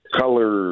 color